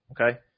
okay